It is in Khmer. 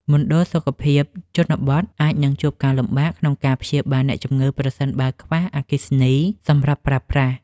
មណ្ឌលសុខភាពជនបទអាចនឹងជួបការលំបាកក្នុងការព្យាបាលអ្នកជំងឺប្រសិនបើខ្វះអគ្គិសនីសម្រាប់ប្រើប្រាស់។